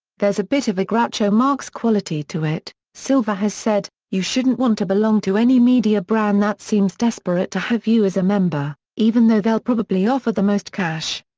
there's a bit of a groucho marx quality to it silver has said. you shouldn't want to belong to any media brand that seems desperate to have you as a member, even though they'll probably offer the most cash.